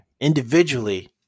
Individually